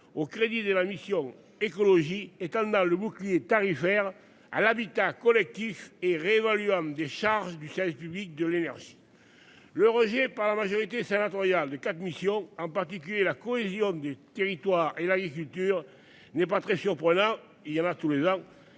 aux crédits de la mission Écologie et a le bouclier tarifaire à l'habitat collectif et réévaluation des charges du siège public de l'énergie. Le rejet par la majorité sénatoriale de quatre missions en particulier la cohésion des territoires et l'agriculture n'est pas très surprenant. Il y en a tous les ans